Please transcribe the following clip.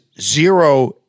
zero